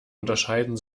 unterscheiden